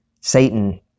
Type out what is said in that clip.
Satan